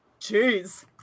Jeez